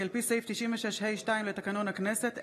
כי על פי סעיף 96(ה)(2) לתקנון הכנסת,